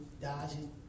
dodging